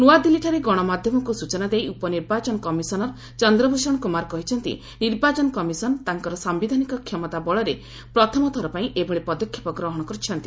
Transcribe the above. ନୂଆଦିଲ୍ଲୀଠାରେ ଗଣମାଧ୍ୟମକୁ ସୂଚନା ଦେଇ ଉପନିର୍ବାଚନ କମିଶନର ଚନ୍ଦ୍ରଭୂଷଣ କୁମାର କହିଛନ୍ତି ନିର୍ବାଚନ କମିଶନ ତାଙ୍କର ସାୟିଧାନିକ କ୍ଷମତାବଳରେ ପ୍ରଥମଥର ପାଇଁ ଏଭଳି ପଦକ୍ଷେପ ଗ୍ରହଣ କରିଛନ୍ତି